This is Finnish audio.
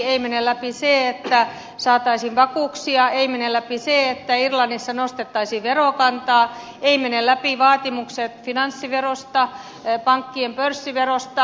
ei mene läpi se että saataisiin vakuuksia ei mene läpi se että irlannissa nostettaisiin verokantaa eivät mene läpi vaatimukset finanssiverosta pankkien pörssiverosta